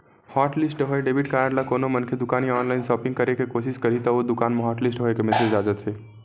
hotlist होए debit card ले कोनो मनखे दुकान या ऑनलाईन सॉपिंग करे के कोसिस करही त ओ दुकान म हॉटलिस्ट होए के मेसेज आ जाथे